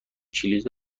کلید